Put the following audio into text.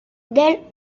del